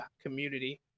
community